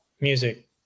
music